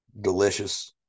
delicious